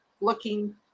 looking